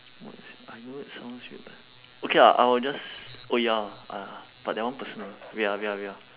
what's sounds weird but okay lah I will just oh ya hor uh but that one personal wait ah wait ah wait ah